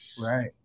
Right